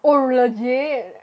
oh re~ legit